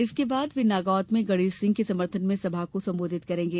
इसके बाद वे नागौद में गणेश सिंह के समर्थन में सभा को संबोधित करेंगे